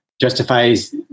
justifies